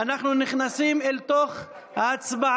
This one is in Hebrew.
אנחנו נכנסים אל תוך ההצבעה.